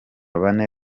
bane